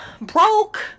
broke